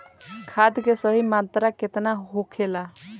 खाद्य के सही मात्रा केतना होखेला?